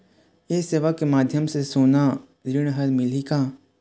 ये सेवा के माध्यम से सोना ऋण हर मिलही का?